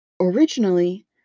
Originally